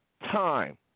time